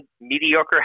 mediocre